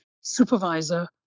supervisor